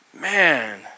Man